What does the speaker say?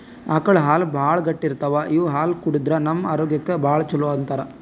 ಆಕಳ್ ಹಾಲ್ ಭಾಳ್ ಗಟ್ಟಿ ಇರ್ತವ್ ಇವ್ ಹಾಲ್ ಕುಡದ್ರ್ ನಮ್ ಆರೋಗ್ಯಕ್ಕ್ ಭಾಳ್ ಛಲೋ ಅಂತಾರ್